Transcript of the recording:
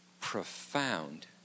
profound